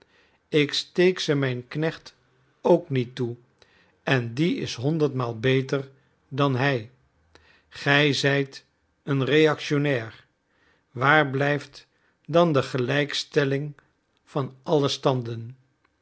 ik steek ze mijn knecht ook niet toe en die is honderd maal beter dan hij gij zijt een reactionnair waar blijft dan de gelijkstelling van alle standen